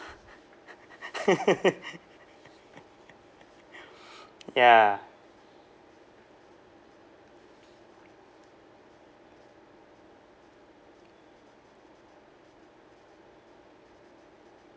ya